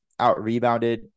outrebounded